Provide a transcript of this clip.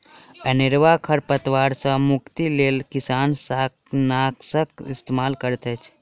अनेरुआ खर पात सॅ मुक्तिक लेल किसान शाकनाशक इस्तेमाल करैत अछि